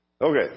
Okay